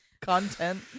content